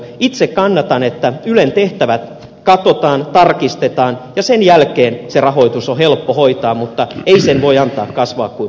itse kannatan että ylen tehtävät katsotaan tarkistetaan ja sen jälkeen se rahoitus on helppo hoitaa mutta ei sen voi antaa kasvaa kuin pullataikina